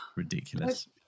Ridiculous